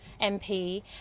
mp